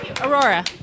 Aurora